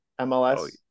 MLS